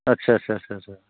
आच्चा चा चा चा